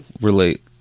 relate